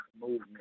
movement